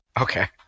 Okay